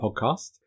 Podcast